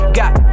got